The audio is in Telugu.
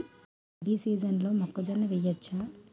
రబీ సీజన్లో మొక్కజొన్న వెయ్యచ్చా?